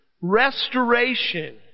restoration